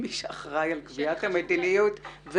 מי שאחראי על קביעת המדיניות והביצוע,